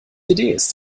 ist